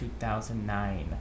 2009